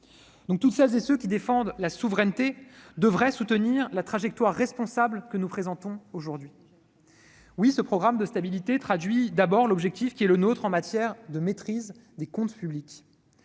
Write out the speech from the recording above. maîtrisées. Celles et ceux qui défendent la souveraineté devraient donc soutenir la trajectoire responsable que nous présentons aujourd'hui. Oui, ce programme de stabilité traduit d'abord l'objectif qui est le nôtre en matière de maîtrise des comptes publics.